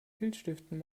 filzstiften